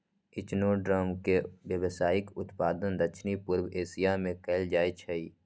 echinoderm के व्यावसायिक उत्पादन दक्षिण पूर्व एशिया में कएल जाइ छइ